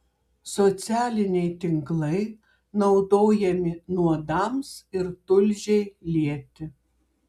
socialiniai tinklai naudojami nuodams ir tulžiai lieti